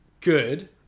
good